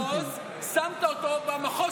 אתה בחרת מנהל מחוז, שמת אותו, במחוז